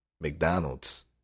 McDonald's